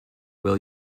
will